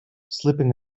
sleeping